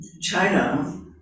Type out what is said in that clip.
China